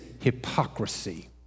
hypocrisy